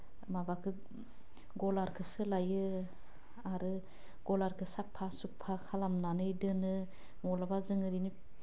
माबाखो गलारखो सोलायो आरो गलारखो साफ्फा सुफ्फा खालामनानै दोनो माब्लाबा जोङो आरैनो